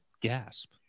Gasp